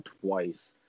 twice